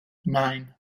nine